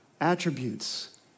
attributes